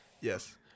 Yes